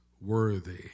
worthy